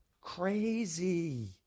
Crazy